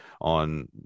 on